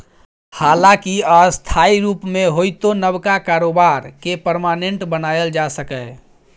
हालांकि अस्थायी रुप मे होइतो नबका कारोबार केँ परमानेंट बनाएल जा सकैए